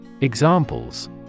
Examples